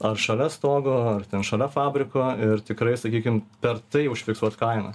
ar šalia stogo ar ten šalia fabriko ir tikrai sakykim per tai užfiksuot kainą